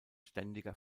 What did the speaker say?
ständiger